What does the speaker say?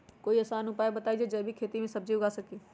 कोई आसान उपाय बताइ जे से जैविक खेती में सब्जी उगा सकीं?